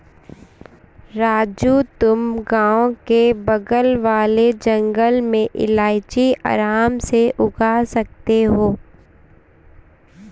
राजू तुम गांव के बगल वाले जंगल में इलायची आराम से उगा सकते हो